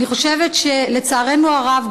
אני חושבת שלצערנו הרב,